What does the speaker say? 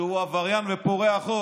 שהוא עבריין ופורע חוק,